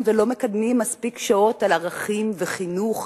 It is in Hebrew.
ולא מקדמים מספיק שעות של ערכים וחינוך,